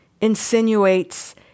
insinuates